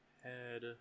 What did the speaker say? head